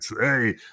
Hey